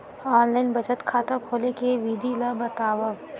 Online बचत खाता खोले के विधि ला बतावव?